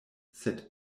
sed